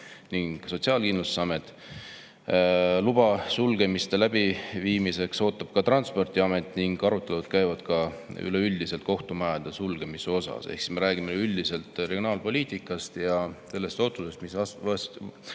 ning Sotsiaalkindlustusamet. Luba sulgemise läbiviimiseks ootab ka Transpordiamet ning arutelud käivad ka üldiselt kohtumajade sulgemise kohta. Ehk siis me räägime üleüldiselt regionaalpoliitikast ja sellest otsusest, mis võeti